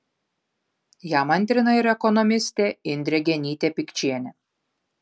jam antrina ir ekonomistė indrė genytė pikčienė